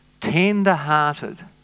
tender-hearted